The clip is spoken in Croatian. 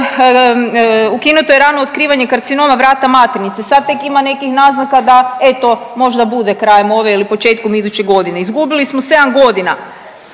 Ukinuto je rano otkrivanje karcinoma vrata maternice, sad tek ima nekih naznaka da eto možda bude krajem ove ili početkom iduće godine, izgubili smo sedam godina.